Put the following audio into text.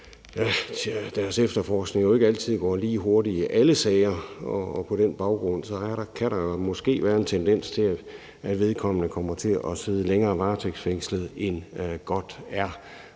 efterforskning ikke altid går lige hurtigt i alle sager, og på den baggrund kan der måske være en tendens til, at en person kommer til at sidde længere varetægtsfængslet, end godt er.